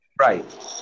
right